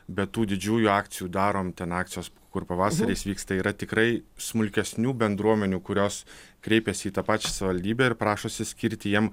be tų didžiųjų akcijų darom ten akcijos kur pavasariais vyksta yra tikrai smulkesnių bendruomenių kurios kreipiasi į tą pačią savivaldybę ir prašosi skirti jiem